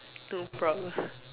no problem